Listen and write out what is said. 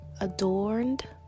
adorned